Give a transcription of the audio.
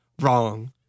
Wrong